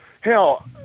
Hell